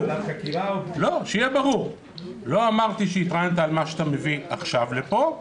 לא אמרתי שהתראיינת על מה שאתה מביא עכשיו לפה,